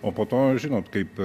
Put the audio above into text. o po to žinot kaip